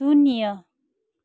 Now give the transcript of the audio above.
शून्य